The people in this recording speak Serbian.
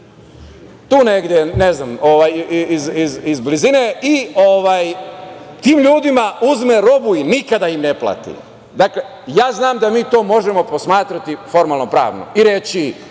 odakle ono beše, iz blizine i tim ljudima uzme robu i nikada im ne plati. Dakle, ja znam da mi to možemo posmatrati formalnopravno i reći